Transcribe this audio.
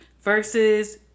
versus